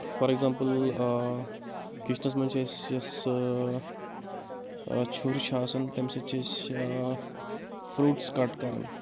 for example آ kitchens منٛز چھِ أسۍ یۄس چھُر چھِ آسان تمہِ سۭتۍ چھِ أسۍ فروٗٹٕس کٹ کران